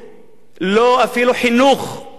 אפילו לא חינוך נאות.